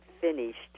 finished